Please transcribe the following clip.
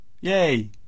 Yay